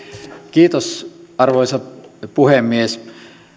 kiitos arvoisa puhemies